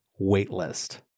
waitlist